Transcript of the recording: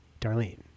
Darlene